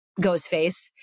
Ghostface